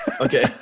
okay